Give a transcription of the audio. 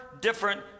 different